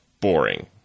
boring